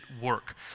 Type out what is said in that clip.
work